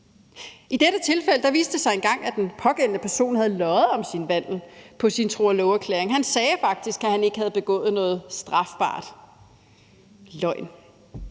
I dette tilfælde viste det sig endda, at den pågældende person havde løjet om sin vandel på sin tro og love-erklæring. Han sagde faktisk, at han ikke havde begået noget strafbart. Løgn.